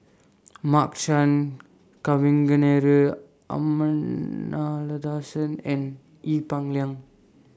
Mark Chan Kavignareru Amallathasan and Ee Peng Liang